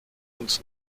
und